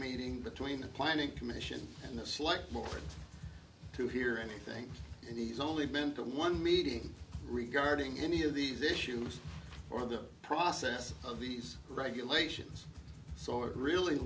meeting between the planning commission and the board to hear anything and he's only been to one meeting regarding any of these issues or the process of these regulations so it really